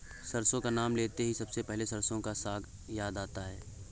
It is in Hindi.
सरसों का नाम लेते ही सबसे पहले सरसों का साग याद आता है